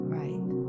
right